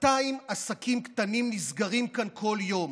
200 עסקים קטנים נסגרים כאן כל יום.